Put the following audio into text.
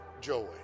joy